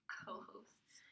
co-hosts